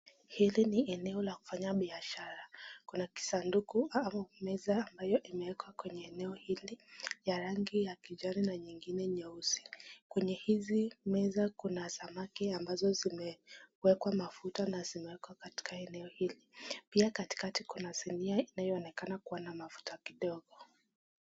Hili ni eneo la kufanya biashara, kuna kisanduku au meza ambayo imewekwa kwenye eneo hili ya rangi ya kijani na nyingine nyeusi. Kwenye hizi meza kuna samaki ambazo zimewekwa mafuta na zimewekwa katika eneo hili, pia katikati kuna zingine inayoonekana kuwa na mafuta kidogo.